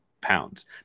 pounds